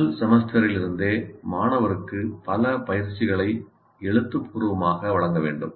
முதல் செமஸ்டரிலிருந்தே மாணவருக்கு பல பயிற்சிகளை எழுத்துப்பூர்வமாக வழங்க வேண்டும்